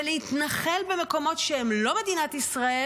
ולהתנחל במקומות שהם לא מדינת ישראל,